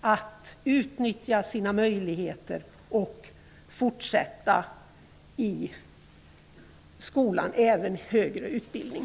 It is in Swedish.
att utnyttja sina möjligheter och fortsätta i skolan, även i högre utbildning.